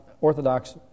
Orthodox